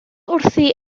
wrthi